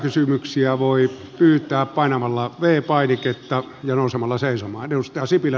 lisäkysymyksiä voi pyytää painamalla v painiketta ja nousemalla seisomaan